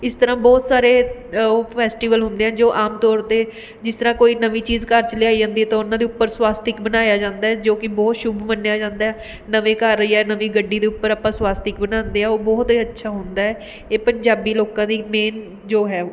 ਇਸ ਤਰ੍ਹਾਂ ਬਹੁਤ ਸਾਰੇ ਉਹ ਫੈਸਟੀਵਲ ਹੁੰਦੇ ਹੈ ਜੋ ਆਮ ਤੌਰ 'ਤੇ ਜਿਸ ਤਰ੍ਹਾਂ ਕੋਈ ਨਵੀਂ ਚੀਜ਼ ਘਰ 'ਚ ਲਿਆਂਈ ਜਾਂਦੀ ਹੈ ਤਾਂ ਉਹਨਾਂ ਦੇ ਉੱਪਰ ਸਵਾਸਤਿਕ ਬਣਾਇਆ ਜਾਂਦਾ ਹੈ ਜੋ ਕਿ ਬਹੁਤ ਸ਼ੁਭ ਮੰਨਿਆ ਜਾਂਦਾ ਹੈ ਨਵੇਂ ਘਰ ਜਾਂ ਨਵੀਂ ਗੱਡੀ ਦੇ ਉੱਪਰ ਆਪਾਂ ਸਵਾਸਤਿਕ ਬਣਾਉਂਦੇ ਹਾਂ ਉਹ ਬਹੁਤ ਏ ਅੱਛਾ ਹੁੰਦਾ ਹੈ ਇਹ ਪੰਜਾਬੀ ਲੋਕਾਂ ਦੀ ਮੇਨ ਜੋ ਹੈ